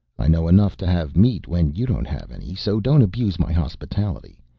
i know enough to have meat when you don't have any so don't abuse my hospitality.